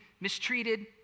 mistreated